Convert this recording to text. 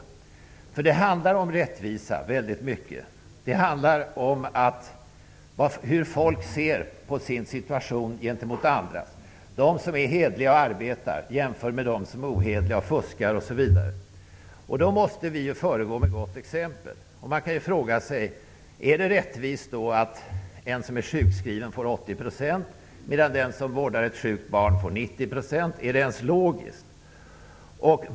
Väldigt mycket handlar om rättvisa. Det handlar om hur folk ser på sin situation gentemot andras. De som är hederliga och arbetar jämför med dem som är ohederliga och fuskar. Vi måste föregå med gott exempel. Är det rättvist att någon som är sjukskriven får 80 % ersättning medan den som vårdar ett sjukt barn får 90 %? Är det ens logiskt?